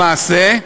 למעשה,